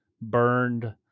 burned